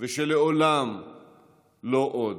ושלעולם לא עוד,